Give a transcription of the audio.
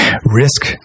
risk